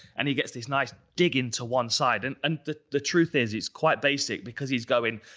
and he gets these nice dig into one side. and and the truth is it's quite basic because he's going,